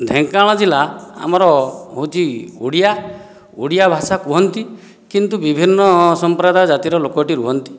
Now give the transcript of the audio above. ଢେଙ୍କାନାଳ ଜିଲ୍ଲା ଆମର ହେଉଛି ଓଡ଼ିଆ ଓଡ଼ିଆ ଭାଷା କୁହନ୍ତି କିନ୍ତୁ ବିଭିନ୍ନ ସମ୍ପ୍ରଦାୟ ଜାତିର ଲୋକ ଏଇଠି ରୁହନ୍ତି